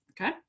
Okay